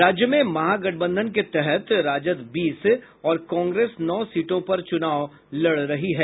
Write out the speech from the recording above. राज्य में महागठबंधन के तहत राजद बीस और कांग्रेस नौ सीटों पर चुनाव लड़ रही है